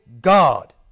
God